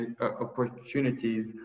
opportunities